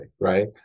right